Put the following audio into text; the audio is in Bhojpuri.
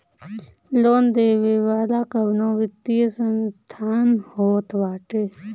लोन देवे वाला कवनो वित्तीय संस्थान होत बाटे